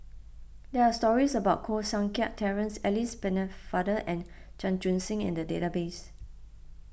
there are stories about Koh Seng Kiat Terence Alice Pennefather and Chan Chun Sing in the database